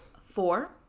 four